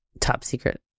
top-secret